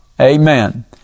Amen